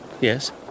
Yes